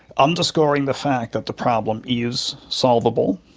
underscoring the fact that the problem is solvable,